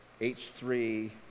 H3